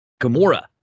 Gamora